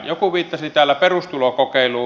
joku viittasi täällä perustulokokeiluun